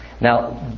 Now